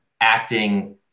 acting